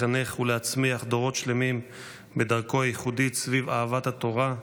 לחנך ולהצמיח דורות שלמים בדרכו הייחודית סביב אהבת התורה,